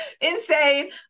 insane